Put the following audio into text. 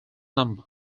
number